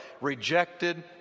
rejected